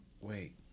Wait